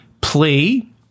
plea